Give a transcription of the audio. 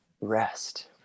rest